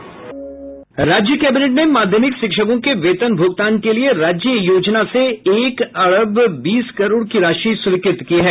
राज्य कैबिनेट ने माध्यमिक शिक्षकों के वेतन भुगतान के लिए राज्य योजना से एक अरब बीस करोड़ की राशि स्वीकृत की है